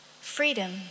freedom